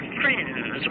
friends